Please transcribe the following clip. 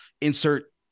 insert